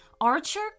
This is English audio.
Archer